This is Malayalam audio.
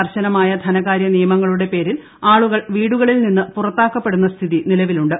കർശനമായ ധനകാര്യ നിയമങ്ങളുടെ പേരിൽ ആളുകൾ വീടുകളിൽ നിന്ന് പുറത്താക്കപ്പെടുന്ന സ്ഥിതി നിലവിലുണ്ട്